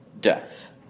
death